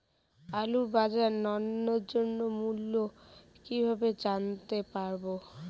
আলুর বাজার ন্যায্য মূল্য কিভাবে জানতে পারবো?